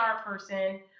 person